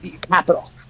capital